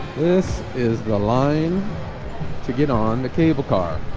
this is the line to get on the cable car